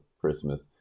Christmas